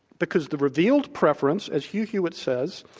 because the revealed preference, as hugh hewitt says,